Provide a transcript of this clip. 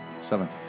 Seven